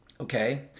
okay